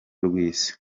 rw’isi